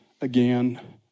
again